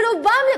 ורובם,